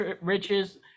riches